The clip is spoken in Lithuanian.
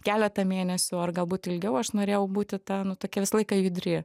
keletą mėnesių ar galbūt ilgiau aš norėjau būti ta nu tokia visą laiką judri